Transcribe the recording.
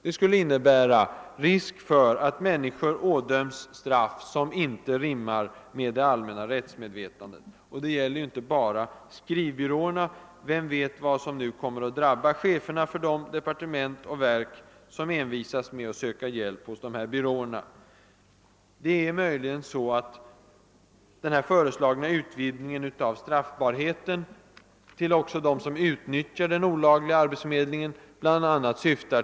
Det skulle vidare innebära risk för att människor ådöms straff som inte rimmar med det allmänna rättsmedvetandet. Det gäller inte bara skrivbyråerna. Vem vet vad som nu kommer att drabba cheferna för de departement och verk som envisas med att söka hjälp hos dessa byråer? Den föreslagna utvidgningen av straffbarheten till också dem som utnyttjar den olagliga arbetsförmedlingen syftar kanske bla.